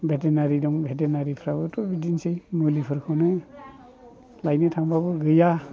भेटेनारि दं भेटेनारिफ्राबोथ' बिदिनोसै मुलिफोरखौनोलायनो थांब्लाबो गैया